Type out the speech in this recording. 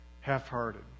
Half-hearted